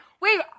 wait